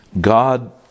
God